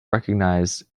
recognized